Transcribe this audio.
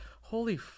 holy